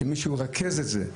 שמישהו ירכז את זה,